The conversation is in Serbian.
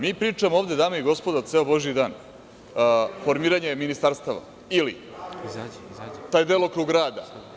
Mi pričamo ovde, dame i gospodo, ceo božiji dan o formiranju ministarstava ili taj delokrug rada.